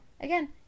again